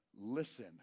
Listen